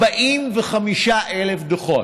45,000 דוחות.